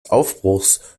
aufbruchs